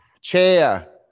chair